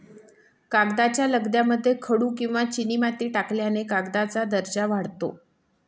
कागदाच्या लगद्यामध्ये खडू किंवा चिनीमाती टाकल्याने कागदाचा दर्जा वाढतो